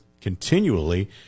Continually